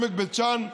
עמק בית שאן,